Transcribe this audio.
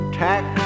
tax